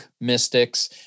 mystics